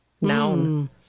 noun